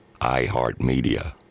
iHeartMedia